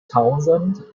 townsend